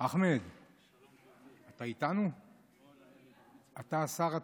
אתה השר התורן?